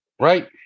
right